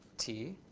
t.